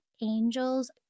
angels